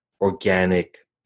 organic